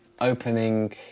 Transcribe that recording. opening